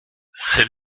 c’est